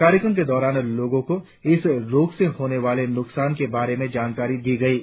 कार्यक्रम के दौरान लोगो को इस रोग से होने वाली नुकसान के बारे में जानकारी दी गयी